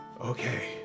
Okay